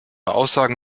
aussagen